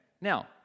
Now